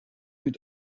mit